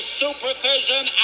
supervision